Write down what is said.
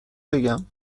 بگم